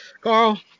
Carl